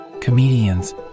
Comedians